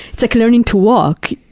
it's like learning to walk,